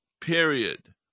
period